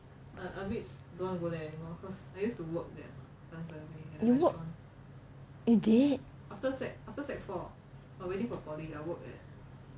you work you did